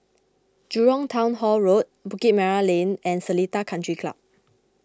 Jurong Town Hall Road Bukit Merah Lane and Seletar Country Club